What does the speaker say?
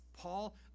Paul